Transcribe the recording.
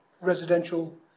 residential